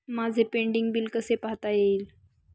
माझे pending bill कसे पाहता येईल?